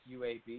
UAB